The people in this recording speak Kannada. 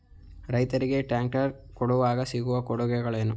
ರೈತರಿಗೆ ಟ್ರಾಕ್ಟರ್ ಕೊಂಡಾಗ ಸಿಗುವ ಕೊಡುಗೆಗಳೇನು?